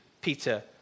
Peter